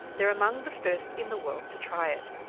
they are among the first in the world to try it.